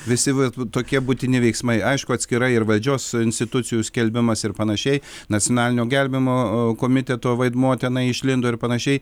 visi tokie būtini veiksmai aišku atskirai ir valdžios institucijų skelbimas ir panašiai nacionalinio gelbėjimo komiteto vaidmuo tenai išlindo ir panašiai